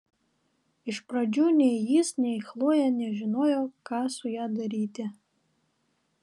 iš pradžių nei jis nei chlojė nežinojo ką su ja daryti